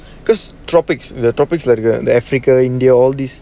because tropics the tropics like the africa india all these